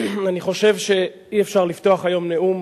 אני חושב שאי-אפשר לפתוח היום נאום